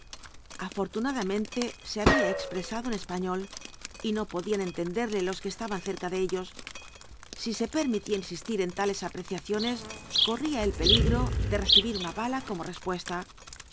afortunadamente se había expresado en español y no podían entenderle los que estaban cerca de ellos si se permitía insistir en tales apreciaciones corría el peligro de recibir una bala como respuesta